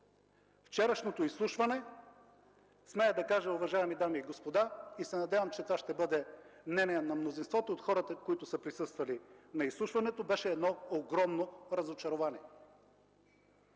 Вчерашното изслушване смея да кажа, уважаеми дами и господа, и се надявам, че това ще бъде мнение на мнозинството от хората, които са присъствали на изслушването, беше едно огромно разочарование.